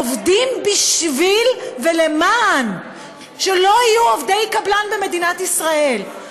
עובדים בשביל ולמען שלא יהיו עובדי קבלן במדינת ישראל,